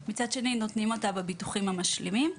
ומצד שני נותנים אותה בביטוחים המשלימים.